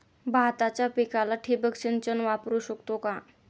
भाताच्या पिकाला ठिबक सिंचन वापरू शकतो का?